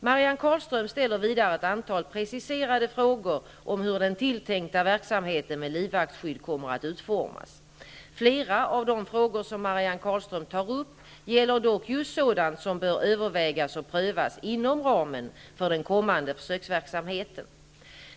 Marianne Carlström ställer vidare ett antal preciserade frågor om hur den tilltänkta verksamheten med livvaktsskydd kommer att utformas. Flera av de frågor som Marianne Carlström tar upp gäller dock just sådant som bör övervägas och prövas inom ramen för den kommande försöksverksamheten.